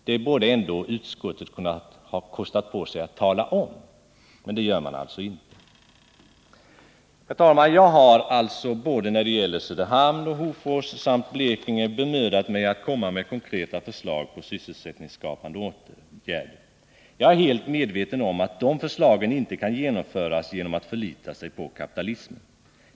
Det borde ändå utskottet kunnat kosta på sig att tala om, men det gör man inte. Herr talman! Jag har alltså både när det gäller Söderhamn och Hofors och när det gäller Blekinge bemödat mig om att komma med konkreta förslag till sysselsättningsskapande åtgärder. Jag är helt medveten om att man inte kan genomföra de förslagen genom att förlita sig på kapitalismen.